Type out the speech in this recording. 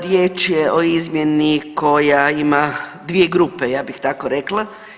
Riječ je o izmjeni koja ima 2 grupe ja bih tako rekla.